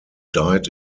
died